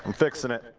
fixing it.